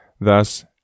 thus